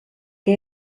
que